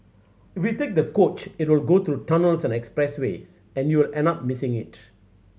if you take the coach it will go through tunnels and expressways and you will end up missing it